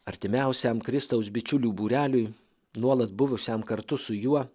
artimiausiam kristaus bičiulių būreliui nuolat buvusiam kartu su juo